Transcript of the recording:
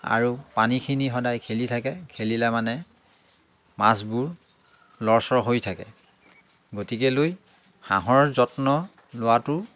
আৰু পানীখিনি সদায় খেলি থাকে খেলিলে মানে মাছবোৰ লৰচৰ হৈ থাকে গতিকেলৈ হাঁহৰ যত্ন লোৱাটো